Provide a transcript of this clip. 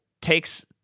takes